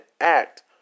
act